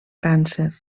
càncer